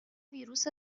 ویروس